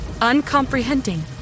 uncomprehending